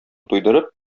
туйдырып